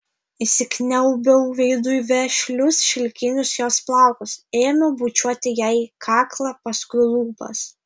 įsikniaubiau veidu į vešlius šilkinius jos plaukus ėmiau bučiuoti jai kaklą paskui lūpas